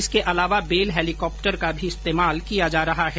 इसके अलावा Bell helicopter का भी इस्तेमाल किया जा रहा है